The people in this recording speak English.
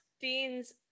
Dean's